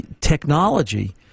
technology